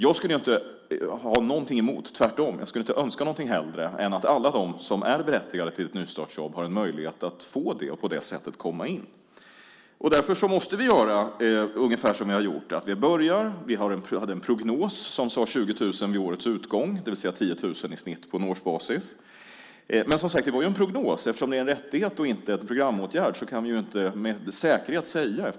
Jag skulle inte ha någonting emot utan skulle tvärtom inte önska något hellre än att alla de som är berättigade till ett nystartsjobb hade en möjlighet att få det och på det sättet komma in på arbetsmarknaden. Därför måste vi göra ungefär så som vi har gjort. Vi hade en prognos som sade 20 000 vid årets utgång, det vill säga 10 000 i snitt på årsbasis. Men det var som sagt en prognos. Eftersom det är en rättighet och inte en programåtgärd kan vi inte med säkerhet säga en siffra.